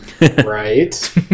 right